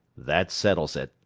that settles it,